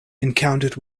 encountered